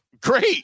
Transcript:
great